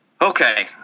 Okay